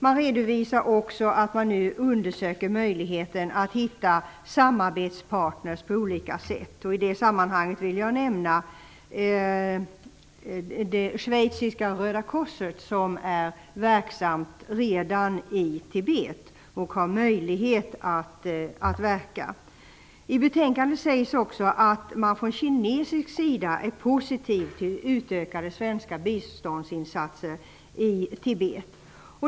Man redovisar också att man nu undersöker möjligheten att på olika sätt hitta samarbetspartner. I det sammanhanget vill jag nämna det schweiziska Röda korset som redan är verksamt i Tibet och har möjlighet att verka där. I betänkandet sägs också att man från kinesisk sida är positiv till utökade svenska biståndsinsatser i Tibet.